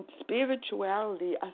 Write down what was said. spirituality